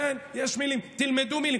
תלמדו מילים,